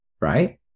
right